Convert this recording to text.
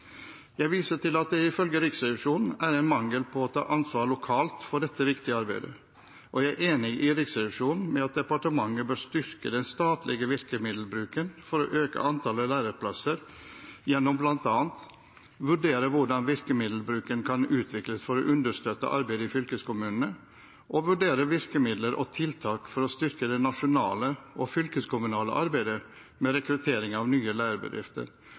Jeg viser til at det ifølge Riksrevisjonen er en mangel på å ta ansvar lokalt for dette viktige arbeidet. Og jeg er enig med Riksrevisjonen i at departementet bør styrke den statlige virkemiddelbruken for å øke antallet læreplasser, gjennom bl.a. å vurdere hvordan virkemiddelbruken kan utvikles for å understøtte arbeidet i fylkeskommunene, og vurdere virkemidler og tiltak for å styrke det nasjonale og fylkeskommunale arbeidet med rekruttering av nye lærebedrifter,